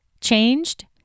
changed